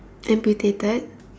amputated